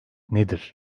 nedir